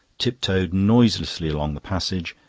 tiptoed noiselessly along the passage,